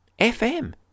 FM